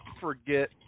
forget